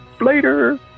later